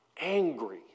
angry